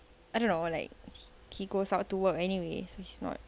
I don't know like he goes out to work anyway so he's not